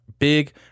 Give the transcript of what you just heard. Big